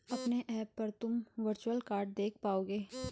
अपने ऐप पर तुम वर्चुअल कार्ड देख पाओगे